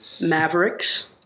Mavericks